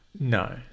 No